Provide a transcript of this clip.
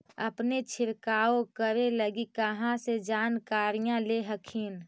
अपने छीरकाऔ करे लगी कहा से जानकारीया ले हखिन?